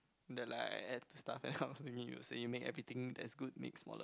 the like I had to starve that kind of thingy you were saying you make everything that's good make smaller